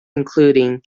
including